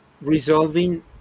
resolving